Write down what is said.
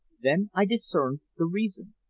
then i discerned the reason.